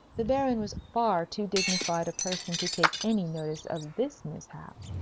the baron was far too dignified a person to take any notice of this mishap,